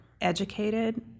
educated